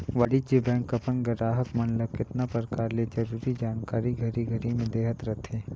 वाणिज्य बेंक अपन गराहक मन ल केतना परकार ले जरूरी जानकारी घरी घरी में देहत रथे